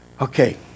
Okay